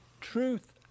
truth